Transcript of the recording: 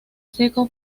seco